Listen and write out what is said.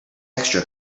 extra